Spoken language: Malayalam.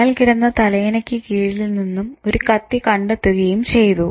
അയാൾ കിടന്ന തലയണക്കു കീഴിൽ നിന്നും ഒരു കത്തി കണ്ടെത്തുകയും ചെയ്തു